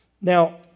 Now